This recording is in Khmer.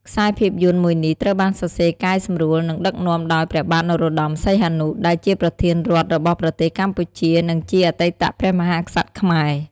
ខ្សែភាពយន្តមួយនេះត្រូវបានសរសេរកែសម្រួលនិងដឹកនាំដោយ ព្រះបាទនរោត្តមសីហនុ ដែលជាប្រធានរដ្ឋរបស់ប្រទេសកម្ពុជា និងជាអតីតព្រះមហាក្សត្រខ្មែរ ។